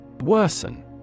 Worsen